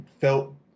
felt